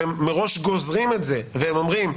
והם מראש גוזרים את זה והם אומרים,